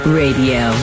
radio